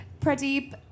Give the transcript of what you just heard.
Pradeep